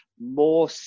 more